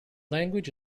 language